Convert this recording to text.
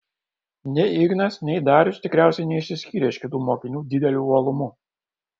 nei ignas nei darius tikriausiai neišsiskyrė iš kitų mokinių dideliu uolumu